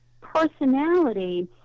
personality